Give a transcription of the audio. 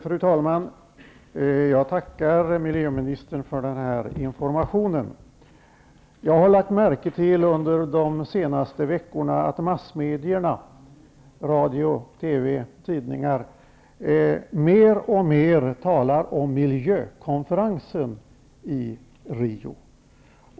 Fru talman! Jag tackar miljöministern för informationen. Jag har under de senaste veckorna lagt märke till att man i massmedierna -- radio, TV och tidningar -- mer och mer talar om miljökonferensen i Rio.